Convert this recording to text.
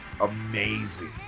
amazing